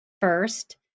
first